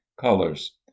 Colors